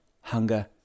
hunger